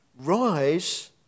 rise